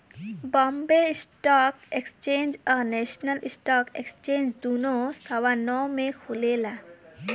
Bombay stock exchange आ national stock exchange दुनो सवा नौ में खुलेला